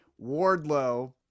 Wardlow